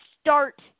start